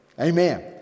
amen